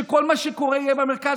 שכל מה שקורה יהיה במרכז,